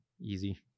easy